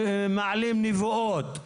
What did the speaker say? מנבאים נבואות,